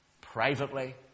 privately